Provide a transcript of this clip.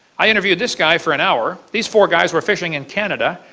i interviewed this guy for an hour. these four guys were fishing in canada.